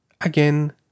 again